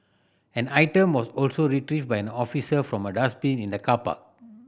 an item was also retrieved by an officer from a dustbin in the car park